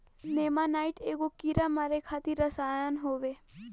नेमानाइट एगो कीड़ा मारे खातिर रसायन होवे